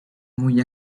muy